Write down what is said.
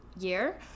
year